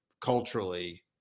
culturally